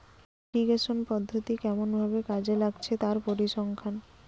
irrigation পদ্ধতি কেমন ভাবে কাজে লাগছে তার পরিসংখ্যান